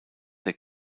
der